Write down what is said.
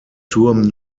turm